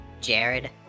Jared